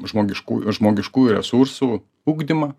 žmogiškų žmogiškųjų resursų ugdymą